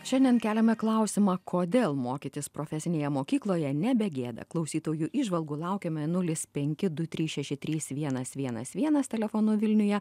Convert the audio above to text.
šiandien keliame klausimą kodėl mokytis profesinėje mokykloje nebegėda klausytojų įžvalgų laukiame nulis penki du trys šeši trys vienas vienas vienas telefonu vilniuje